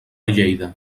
lleida